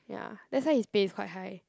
ya that's why his pay is quite high